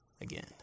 again